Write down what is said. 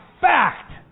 fact